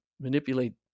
manipulate